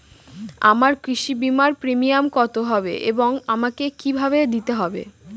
আমার কৃষি বিমার প্রিমিয়াম কত হবে এবং আমাকে কি ভাবে দিতে হবে?